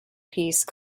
piece